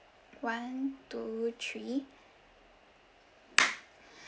one two three